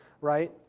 right